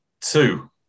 two